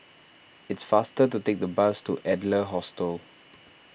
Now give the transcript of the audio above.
it's faster to take the bus to Adler Hostel